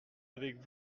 avec